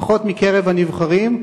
פחות מקרב הנבחרים,